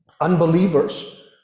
unbelievers